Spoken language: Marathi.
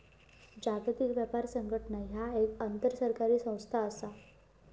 जागतिक व्यापार संघटना ह्या एक आंतरसरकारी संस्था असा